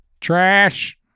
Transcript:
trash